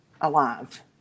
alive